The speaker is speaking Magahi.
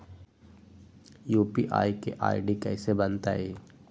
यू.पी.आई के आई.डी कैसे बनतई?